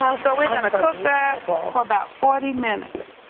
ah so we're gonna cook that for about forty minutes.